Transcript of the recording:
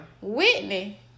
Whitney